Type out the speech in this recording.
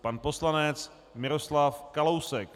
Pan poslanec Miroslav Kalousek.